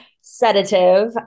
sedative